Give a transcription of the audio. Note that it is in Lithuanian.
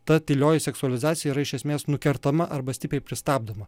ta tylioji seksualizacija yra iš esmės nukertama arba stipriai pristabdoma